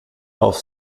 auf